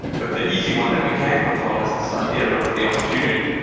but the easy one that we can control is this idea of the opportunity